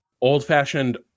old-fashioned